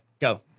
Go